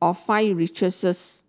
of five researchers